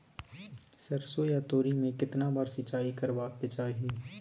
सरसो या तोरी में केतना बार सिंचाई करबा के चाही?